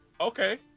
okay